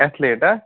athlete ہا